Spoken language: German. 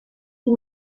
die